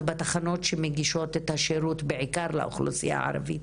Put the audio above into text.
שמגישות את השירות בעיקר לאוכלוסייה הערבית,